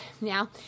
Now